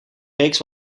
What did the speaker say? reeks